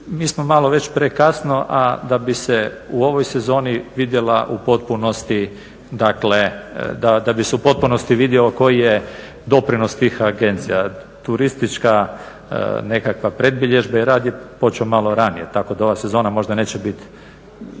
mi smo malo već prekasno, a da bi se u ovoj sezoni u potpunosti vidio koji je doprinos tih agencija. Turistička nekakva predbilježba i rad je počeo malo ranije tako da ova sezona možda neće biti